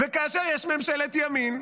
וכאשר יש ממשלת ימין,